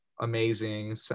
amazing